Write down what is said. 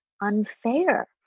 unfair